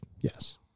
yes